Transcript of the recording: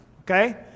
okay